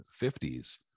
1950s